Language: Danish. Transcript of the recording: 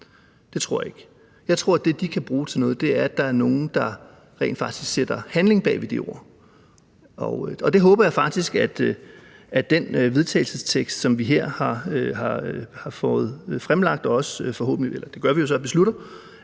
Det tror jeg ikke. Jeg tror, at det, som de kan bruge til noget, er, at der er nogen, der rent faktisk sætter handling bag ved de ord, og der håber jeg faktisk, at det forslag til vedtagelse, som vi her har fået fremsat, og som vi så beslutter,